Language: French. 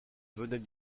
venait